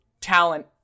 talent